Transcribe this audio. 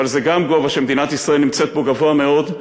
אבל זה גם גובה שמדינת ישראל נמצאת בו גבוה מאוד,